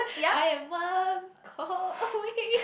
I am one call away